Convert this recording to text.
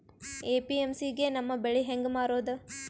APMC ಗೆ ನಮ್ಮ ಬೆಳಿ ಹೆಂಗ ಮಾರೊದ?